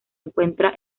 encuentra